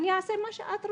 אני אעשה מה שאת רוצה,